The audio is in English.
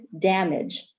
damage